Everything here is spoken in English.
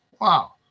Wow